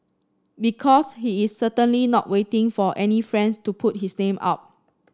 because he is certainly not waiting for any friends to put his name up